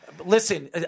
Listen